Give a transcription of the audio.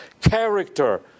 character